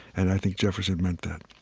and i think jefferson meant that.